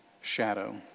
shadow